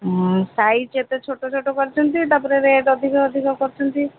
ହୁଁ ସାଇଜ୍ ଏତେ ଛୋଟ ଛୋଟ କରିଛନ୍ତି ତାପରେ ରେଟ୍ ଅଧିକ ଅଧିକ କରିଛନ୍ତି